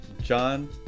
John